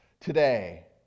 today